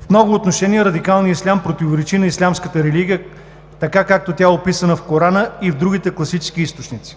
В много отношения радикалният ислям противоречи на ислямската религия, както е описана в Корана и другите класически източници.